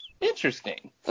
interesting